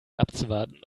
abzuwarten